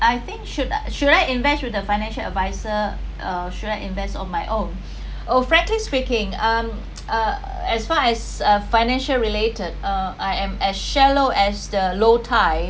I think should should I invest with the financial advisor or should I invest on my own oh friendly speaking um uh as far as uh financial related uh I am as shallow as the low tide